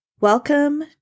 Welcome